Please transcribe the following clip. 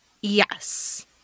Yes